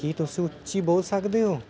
ਕੀ ਤੁਸੀਂ ਉੱਚੀ ਬੋਲ ਸਕਦੇ ਹੋ